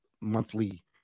monthly